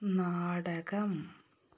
നാടകം